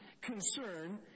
concern